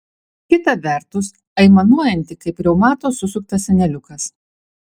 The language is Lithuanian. kita vertus aimanuojanti kaip reumato susuktas seneliukas